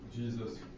Jesus